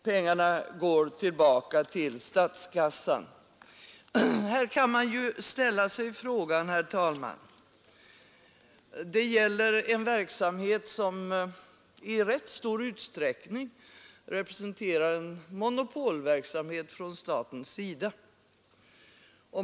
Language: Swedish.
Pengarna går tillbaka till statskassan. Här kan man ju ställa sig frågor, herr talman. Det gäller en verksamhet som i rätt stor utsträckning representerar monopol från statens sida.